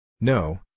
No